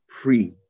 pre